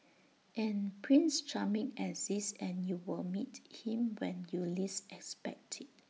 and prince charming exists and you will meet him when you least expect IT